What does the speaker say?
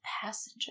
Passenger